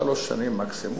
של שלוש שנים מקסימום.